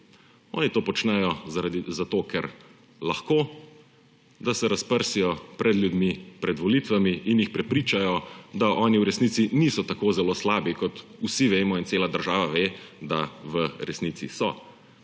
Oni to počnejo zato, ker lahko, da se razprsijo pred ljudmi pred volitvami in jih prepričajo, da oni v resnici niso tako zelo slabi, kot vsi vemo in cela država ve, da v resnici so.